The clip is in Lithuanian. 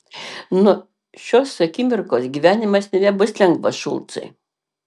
nuo šios akimirkos gyvenimas nebebus lengvas šulcai